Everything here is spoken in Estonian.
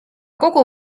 kogu